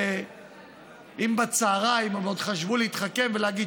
ואם בצוהריים עוד חשבו להתחכם ולהגיד